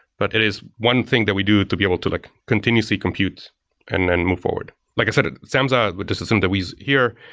but it is one thing that we do to be able to like continuously compute and then move forward. like i said, samza would just assume that we use here,